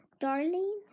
darling